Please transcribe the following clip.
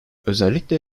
özellikle